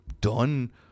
done